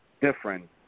different